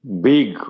big